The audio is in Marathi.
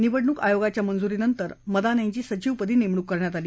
निवडणूक आयोगाच्या मंजुरीनंतर मदान यांची सचिवपदी नेमणूक करण्यात आली